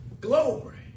glory